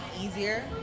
easier